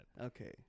Okay